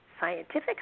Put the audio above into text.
scientific